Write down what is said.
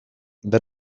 hitz